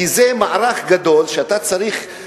כי זה מערך גדול שאתה צריך,